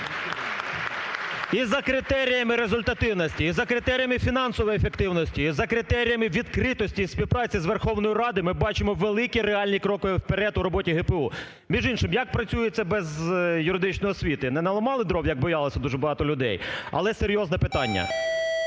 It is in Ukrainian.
І за критеріями результативності, і за критеріями фінансової ефективності, і за критеріями відкритості і співпраці із Верховною Радою ми бачимо великі реальні кроки вперед у роботі ГПУ. Між іншим, як працюється без юридичної освіти? Не наламали дров, як боялися дуже багато людей? Але серйозне питання,